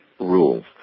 rules